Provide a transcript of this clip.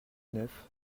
neuf